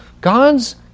God's